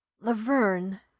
Laverne